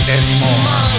Anymore